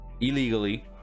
illegally